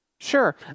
Sure